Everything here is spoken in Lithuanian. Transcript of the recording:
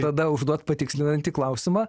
tada užduoti patikslinantį klausimą